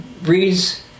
reads